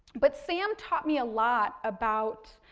but, sam taught me a lot about